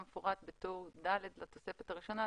כמפורט בטור ד' לתוספת הראשונה.